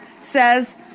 says